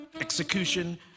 Execution